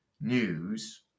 news